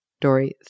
Dory